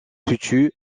situe